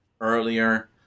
earlier